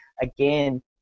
again